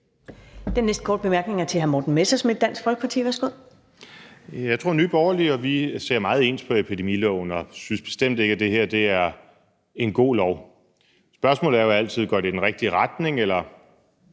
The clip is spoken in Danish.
Den næste korte bemærkning er fra hr. Morten Messerschmidt, Dansk Folkeparti. Værsgo. Kl. 10:47 Morten Messerschmidt (DF): Jeg tror, at vi og Nye Borgerlige ser meget ens på epidemiloven, og vi synes bestemt ikke, at det her er en god lov. Spørgsmålet er jo altid, om det går i den rigtige retning eller